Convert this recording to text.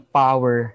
power